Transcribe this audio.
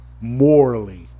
morally